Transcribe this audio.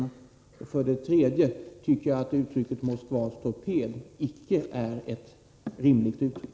För det tredje tycker jag att uttrycket ”Moskvas torped” icke är ett rimligt uttryck.